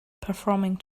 performing